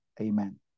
amen